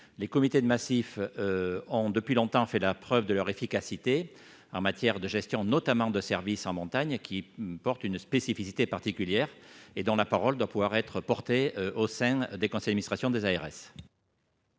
Les comités de massif ont, depuis longtemps, fait la preuve de leur efficacité en matière de gestion, notamment de service en montagne, ce dernier portant une spécificité particulière. Leur parole doit pouvoir être portée au sein des conseils d'administration des ARS.